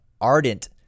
ardent